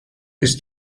ist